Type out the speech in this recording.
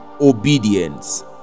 obedience